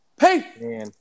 Hey